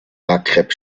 maghreb